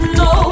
no